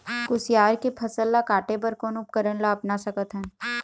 कुसियार के फसल ला काटे बर कोन उपकरण ला अपना सकथन?